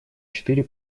четыре